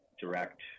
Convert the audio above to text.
direct